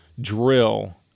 drill